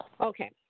Okay